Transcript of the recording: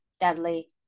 deadly